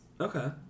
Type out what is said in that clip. Okay